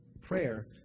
prayer